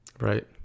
Right